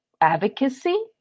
advocacy